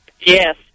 Yes